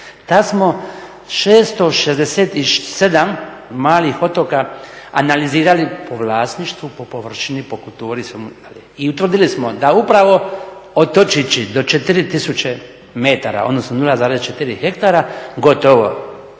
Tad smo 667 malih otoka analizirali po vlasništvu, po površini, po kulturi … i utvrdili smo da upravo otočići do 4000 metara, odnosno 0,4 hektara, gotovo